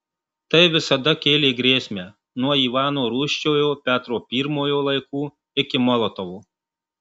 tai visada kėlė grėsmę nuo ivano rūsčiojo petro pirmojo laikų iki molotovo